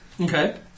Okay